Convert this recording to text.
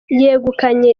yegukanye